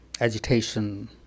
agitation